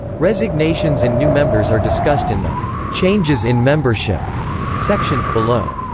resignations and new members are discussed in the changes in membership section, below.